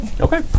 Okay